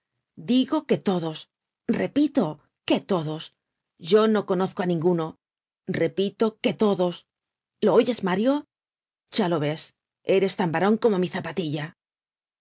digo que todos repito que todos yo no conozco á ninguno repito que todos lo oyes mario ya lo ves eres tan baron como mi zapatilla